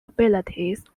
abilities